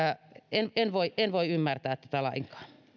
en voi en voi ymmärtää tätä lainkaan